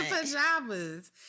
pajamas